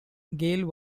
gail